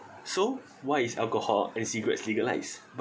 so why is alcohol and cigarettes legalised